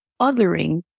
othering